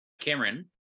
Cameron